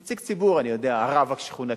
נציג ציבור, אני יודע, הרב השכונתי,